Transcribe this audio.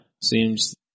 seems